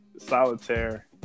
solitaire